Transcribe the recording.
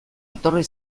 etorri